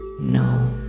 no